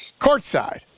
courtside